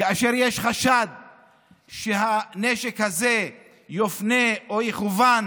כאשר יש חשד שהנשק הזה יופנה או יכוון